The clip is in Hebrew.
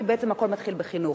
כי בעצם הכול מתחיל בחינוך.